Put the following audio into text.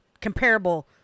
comparable